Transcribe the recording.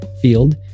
field